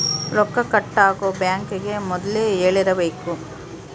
ರೊಕ್ಕ ಕಟ್ ಆಗೋ ಬ್ಯಾಂಕ್ ಗೇ ಮೊದ್ಲೇ ಹೇಳಿರಬೇಕು